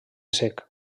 sec